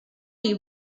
you